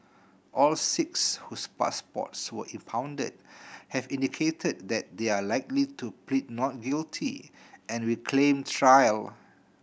all six whose passports were impounded have indicated that they are likely to plead not guilty and will claim trial